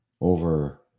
over